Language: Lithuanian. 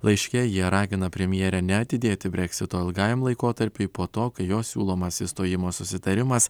laiške jie ragina premjerę neatidėti breksito ilgajam laikotarpiui po to kai jos siūlomas išstojimo susitarimas